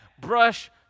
Brush